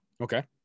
Okay